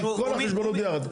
זה לא על כל החשבונות ביחד.